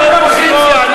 אני באופוזיציה.